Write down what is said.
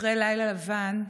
אחרי לילה לבן,